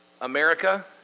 America